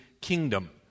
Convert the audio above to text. kingdom